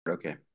Okay